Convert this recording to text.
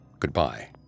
goodbye